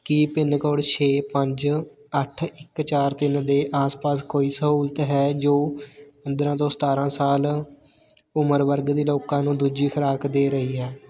ਕੀ pin code ਛੇ ਪੰਜ ਅੱਠ ਇੱਕ ਚਾਰ ਤਿੰਨ ਦੇ ਆਸ ਪਾਸ ਕੋਈ ਸਹੂਲਤ ਹੈ ਜੋ ਪੰਦਰਾਂ ਤੋਂ ਸਤਾਰਾਂ ਸਾਲ ਉਮਰ ਵਰਗ ਦੇ ਲੋਕਾਂ ਨੂੰ ਦੂਜੀ ਖੁਰਾਕ ਦੇ ਰਹੀ ਹੈ